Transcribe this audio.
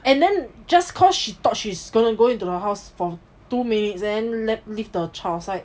and then just because she thought she's going to go into the house for two minutes then let leave the child outside